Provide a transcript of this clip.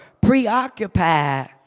preoccupied